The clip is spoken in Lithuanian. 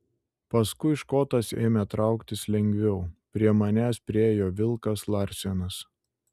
paskui škotas ėmė trauktis lengviau prie manęs priėjo vilkas larsenas